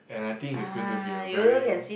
and I think it's going to be a very